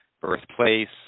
birthplace